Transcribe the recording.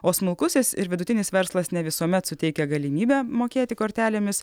o smulkusis ir vidutinis verslas ne visuomet suteikia galimybę mokėti kortelėmis